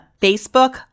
Facebook